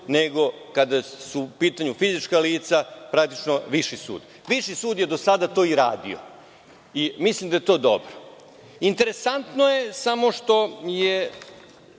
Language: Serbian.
nego kada su u pitanju fizička lica, praktično Viši sud. Viši sud je do sada to i radio i mislim da je to dobro. Interesantno je što će